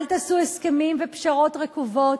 אל תעשו הסכמים ופשרות רקובות.